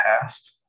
Past